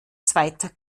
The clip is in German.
zweiter